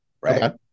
right